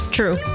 True